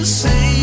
say